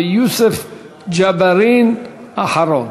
ויוסף ג'בארין אחרון.